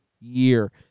year